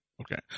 okay